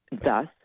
Thus